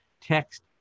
text